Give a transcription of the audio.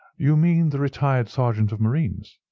you mean the retired sergeant of marines,